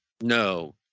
no